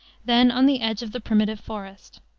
then on the edge of the primitive forest.